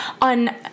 on